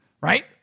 right